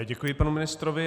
Děkuji panu ministrovi.